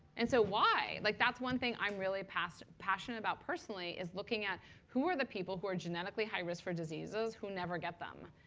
and so why? like that's one thing i'm really passionate about personally is looking at who are the people who are genetically high risk for diseases who never get them,